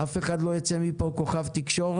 אף אחד לא ייצא מפה כוכב תקשורת,